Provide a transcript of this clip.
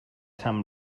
sant